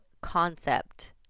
concept